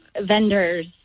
vendors